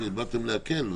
באתם להקל.